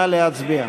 נא להצביע.